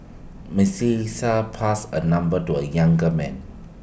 Melissa passed A number to A younger man